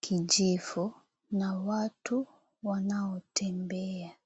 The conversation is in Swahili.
kijivu na watu wanaotembea.